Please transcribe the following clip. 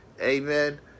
amen